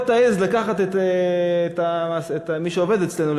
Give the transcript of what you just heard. תעז לקחת למילואים את מי שעובד אצלנו.